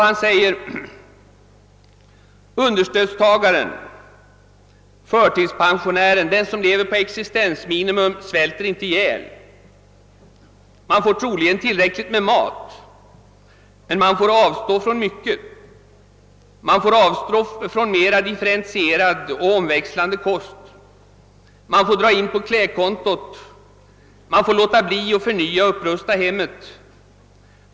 Han skriver: »Understödstagaren, förtidspensionären, den som lever på existensminimum, svälter inte ihjäl. Man får troligen tillräckligt med mat. Men man får avstå från mycket. Man får avstå från mera differentierad och omväxlande kost. Man får dra in på klädkontot. Man får låta bli att förnya och upprusta hemmet.